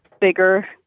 bigger